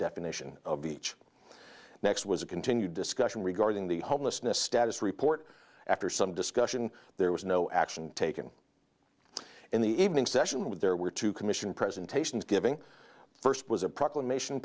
definition of each next was a continued discussion regarding the homelessness status report after some discussion there was no action taken in the evening session with there were two commission presentations giving first was a proclamation